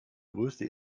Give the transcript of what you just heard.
größte